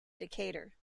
decatur